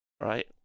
right